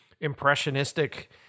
impressionistic